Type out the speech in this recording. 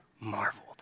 marveled